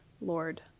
Lord